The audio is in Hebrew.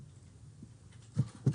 בבקשה.